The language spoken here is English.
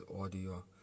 audio